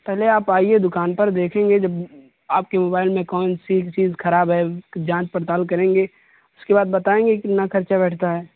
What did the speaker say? پہلے آپ آئیے دکان پر دیکھیں گے جب آپ کے موبائل میں کون سی چیز خراب ہے اس کی جانچ پڑتال کریں گے اس کے بعد بتائیں گے کتنا خرچہ بیٹھتا ہے